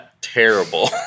Terrible